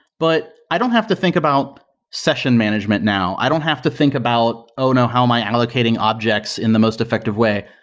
but i don't have to think about session management now. i don't have to think about, oh no! how am i allocating objects in the most effective way?